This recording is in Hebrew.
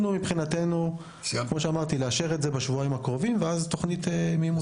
מבחינתנו נאשר את זה בשבועיים הקרובים ואז תוכנית מימוש.